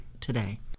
today